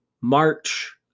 March